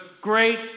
great